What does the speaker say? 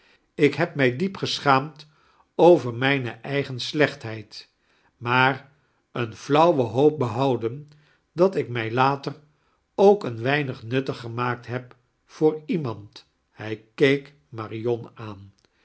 ik heb mij diep gesohaamd over mijnei edgeii slechthedd maar eene flauwe hoop behouden dat ik mij later ook een wednig nuttdg gemaakt heb voor iemand hij keek marion aan